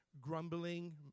grumbling